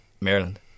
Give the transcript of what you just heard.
Maryland